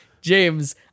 James